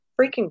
freaking